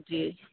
जी